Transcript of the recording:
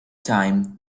time